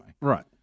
Right